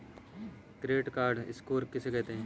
Credit score किसे कहते हैं?